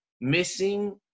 missing